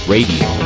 Radio